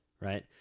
right